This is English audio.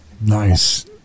Nice